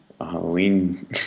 Halloween